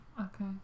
okay